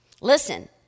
Listen